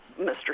Mr